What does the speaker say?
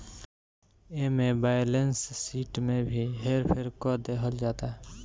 एमे balance sheet में भी हेर फेर क देहल जाता